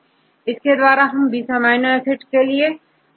तो इन सभी20 अमीनो एसिड के लिए हमारे पास20 नंबर है